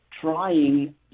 trying